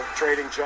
trading